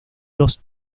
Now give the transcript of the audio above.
dos